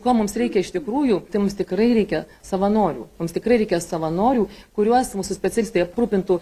ko mums reikia iš tikrųjų tai mums tikrai reikia savanorių mums tikrai reikia savanorių kuriuos mūsų specialistai aprūpintų